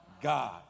God